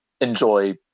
enjoy